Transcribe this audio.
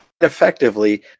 effectively